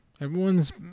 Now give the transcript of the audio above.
Everyone's